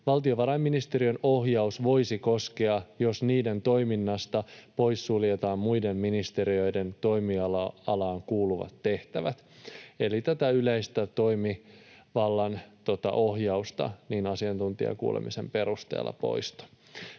valtiovarainministeriön ohjaus voisi koskea, jos niiden toiminnasta poissuljetaan muiden ministeriöiden toimialaan kuuluvat tehtävät.” Eli tätä yleisen toimivallan ohjausta asiantuntijakuulemisen perusteella koskeva